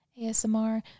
ASMR